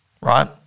right